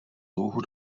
louhu